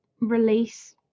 release